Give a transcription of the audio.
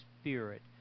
Spirit